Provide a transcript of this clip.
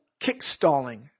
Kickstalling